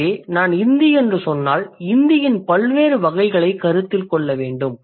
எனவே நான் இந்தி என்று சொன்னால் இந்தியின் பல்வேறு வகைகளைக் கருத்தில் கொள்ள வேண்டும்